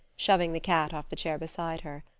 shoving the cat off the chair beside her.